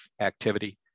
activity